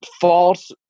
false